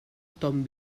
ton